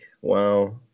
Wow